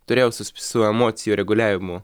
turėjau su emocijų reguliavimu